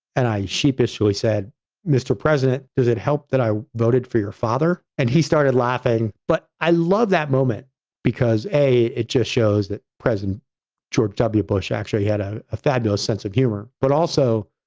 and i sheepishly said mr. president, does it help that i voted for your father? and he started laughing, but i love that moment because it just shows that president george w. bush actually had a ah fabulous sense of humor. but also,